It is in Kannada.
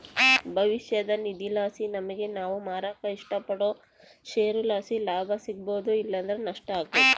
ಭವಿಷ್ಯದ ನಿಧಿಲಾಸಿ ನಮಿಗೆ ನಾವು ಮಾರಾಕ ಇಷ್ಟಪಡೋ ಷೇರುಲಾಸಿ ಲಾಭ ಸಿಗ್ಬೋದು ಇಲ್ಲಂದ್ರ ನಷ್ಟ ಆಬೋದು